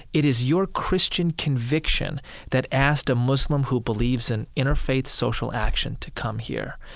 it is your christian conviction that asked a muslim who believes in interfaith social action to come here.